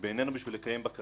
כדי לקיים בקרה אפקטיבית,